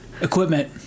equipment